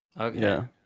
okay